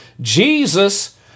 Jesus